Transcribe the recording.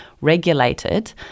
regulated